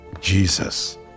Jesus